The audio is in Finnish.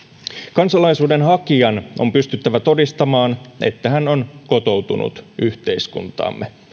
kansalaisuuden hakijan on pystyttävä todistamaan että hän on kotoutunut yhteiskuntaamme